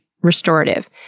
restorative